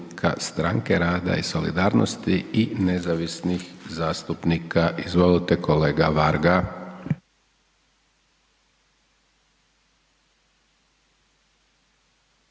Stranke rada i solidarnosti i nezavisnih zastupnika. Izvolite kolega Varga.